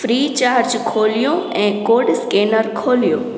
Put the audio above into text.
free charge खोलियो ऐं code scanner खोलियो